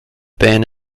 ban